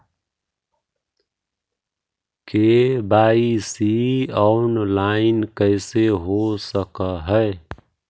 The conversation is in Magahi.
के.वाई.सी ऑनलाइन कैसे हो सक है?